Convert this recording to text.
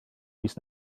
fis